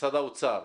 למשרד האוצר,